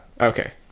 Okay